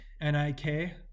N-I-K